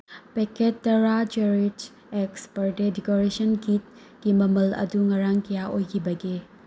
packet ꯇꯔꯥ ꯆꯦꯔꯤꯠꯁ ꯑꯦꯛꯁ ꯕꯔꯠꯗꯦ ꯗꯦꯀꯣꯔꯦꯁꯟ ꯀꯤꯠꯀꯤ ꯃꯃꯜ ꯑꯗꯨ ꯉꯔꯥꯡ ꯀꯌꯥ ꯑꯣꯏꯈꯤꯕꯒꯦ